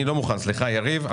סליחה יריב.